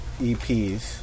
EPs